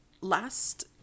last